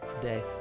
day